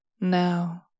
Now